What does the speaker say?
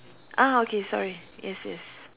ah okay sorry yes yes